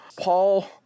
paul